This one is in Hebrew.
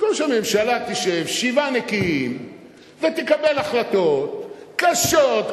במקום שהממשלה תשב שבעה נקיים ותקבל החלטות קשות,